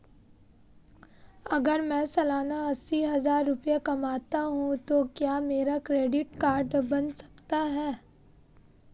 अगर मैं सालाना अस्सी हज़ार रुपये कमाता हूं तो क्या मेरा क्रेडिट कार्ड बन सकता है?